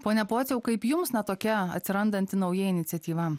pone pociau kaip jums na tokia atsirandanti nauja iniciatyva